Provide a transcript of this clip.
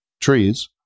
trees